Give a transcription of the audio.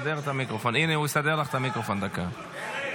הוא יסדר לך את המיקרופון דקה.